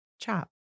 chop